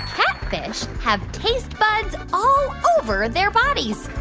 catfish have taste buds all over their bodies?